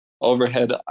overhead